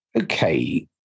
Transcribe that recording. Okay